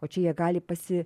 o čia jie gali pasi